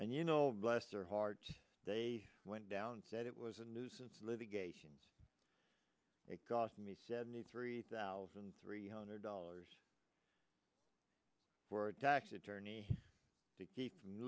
and you know bless their hearts they went down that it was a nuisance litigation it cost me seventy three thousand three hundred dollars for a tax attorney to keep from